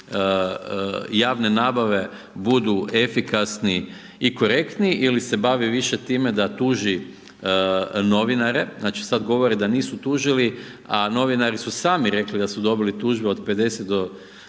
javne nabave budu efikasni i korektni ili se bavi više time da tuži novinare, znači, sad govore da nisu tužili, a novinari su sami rekli da su dobili tužbe od 50 do ne